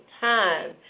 time